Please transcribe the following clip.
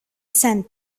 sand